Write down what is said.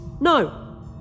No